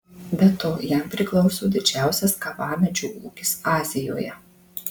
be to jam priklauso didžiausias kavamedžių ūkis azijoje